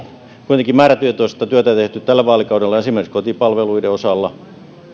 kuitenkin määrätietoista työtä tehty tällä vaalikaudella esimerkiksi kotipalveluiden osalta